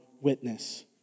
witness